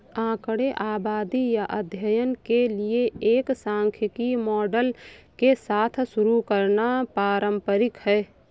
आंकड़े आबादी या अध्ययन के लिए एक सांख्यिकी मॉडल के साथ शुरू करना पारंपरिक है